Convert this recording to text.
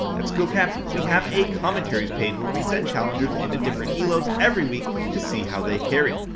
at skill-capped, we have a commentarys page where we send challengers into different elos every week to see how they carry.